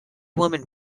women